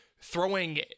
throwing